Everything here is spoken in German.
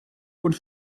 und